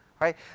right